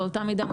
באותה מידה,